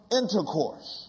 intercourse